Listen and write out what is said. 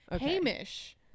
Hamish